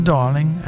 Darling